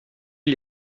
gli